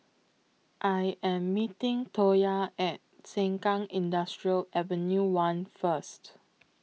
I Am meeting Toya At Sengkang Industrial Avenue one First